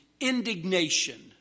indignation